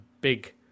big